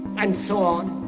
and so on.